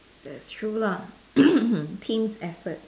that's true lah team's effort